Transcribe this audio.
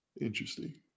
Interesting